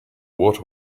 water